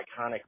iconic